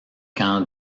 camp